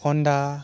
Honda